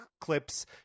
clips